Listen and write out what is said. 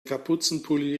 kapuzenpulli